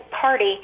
Party